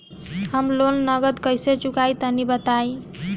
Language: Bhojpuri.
हम लोन नगद कइसे चूकाई तनि बताईं?